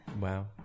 Wow